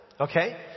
okay